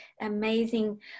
amazing